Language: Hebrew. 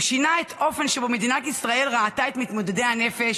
הוא שינה את האופן שבו מדינת ישראל ראתה את מתמודדי הנפש,